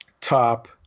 top –